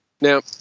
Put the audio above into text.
now